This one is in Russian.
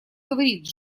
говорить